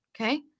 okay